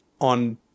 on